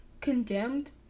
condemned